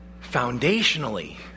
Foundationally